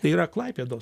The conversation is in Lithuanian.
tai yra klaipėdos